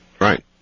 Right